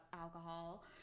alcohol